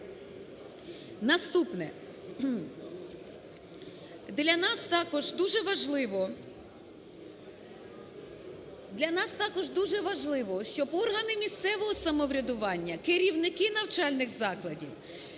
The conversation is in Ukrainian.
Наступне. Для нас також дуже важливо, щоб органи місцевого самоврядування, керівники навчальних закладів